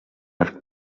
arc